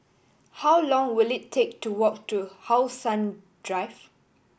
how long will it take to walk to How Sun Drive